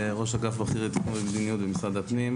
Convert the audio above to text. ראש אגף בכיר לתכנון ומדיניות במשרד הפנים.